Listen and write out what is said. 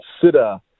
consider